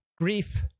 grief